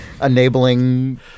enabling